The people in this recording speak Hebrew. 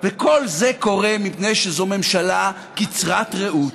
כל זה קורה מפני שזו ממשלה קצרת ראות,